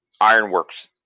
Ironworks